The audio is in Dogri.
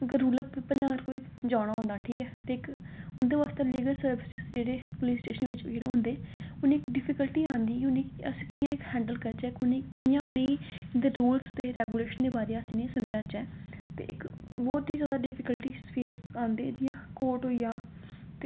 अगर रूरल पीपुल नै कोई जाना होंदा ते ठीक ऐ ते उंदे आस्तै लीगल सर्विस जेह्ड़े पुलिस स्टेशन बिच होंदे उनेंगी डिफीकल्टी आंदी होनी कियां हैंडल करचै कोई कियां उनेंगी रूल्स ते रैगुलेशन दे बारै च उनेंगी समझाचै ते बहुत ई जादा डिफीकल्टी फेस आंदी जियां कोर्ट होइया